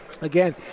Again